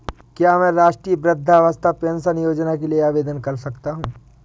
क्या मैं राष्ट्रीय वृद्धावस्था पेंशन योजना के लिए आवेदन कर सकता हूँ?